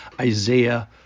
Isaiah